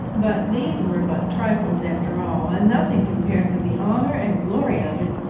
but these were but trifles after all, and nothing compared with the honour and glory of it!